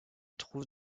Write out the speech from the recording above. trouve